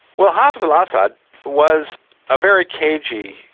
well hafez al-assad was a very cagey,